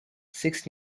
six